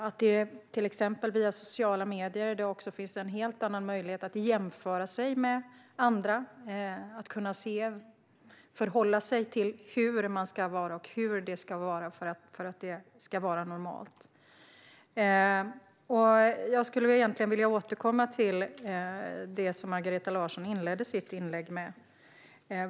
Det finns till exempel via sociala medier en helt annan möjlighet att jämföra sig med andra och kunna förhålla sig till hur man ska vara och hur det ska vara för att det ska vara normalt. Jag vill återkomma till det som Margareta Larsson inledde sitt inlägg med.